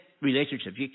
relationships